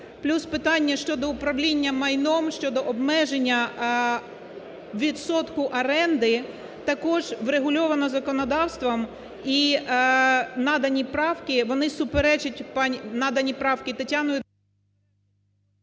Плюс питання щодо управління майном, щодо обмеження відсотку оренди, також врегульовано законодавством. І надані правки, вони суперечать, надані правки Тетяною…